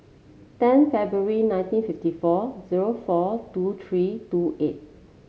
ten February nineteen fifty four zero four two three two eight